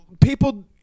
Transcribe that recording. people –